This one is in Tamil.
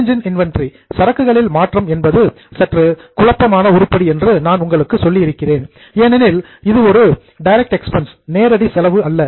சேஞ்ச் இன் இன்வெண்டரி சரக்குகளில் மாற்றம் என்பது சற்று குழப்பமான உருப்படி என்று நான் உங்களுக்குச் சொல்லியிருக்கிறேன் ஏனெனில் இது ஒரு டைரக்ட் எக்ஸ்பென்ஸ் நேரடி செலவு அல்ல